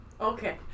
Okay